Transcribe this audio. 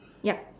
yup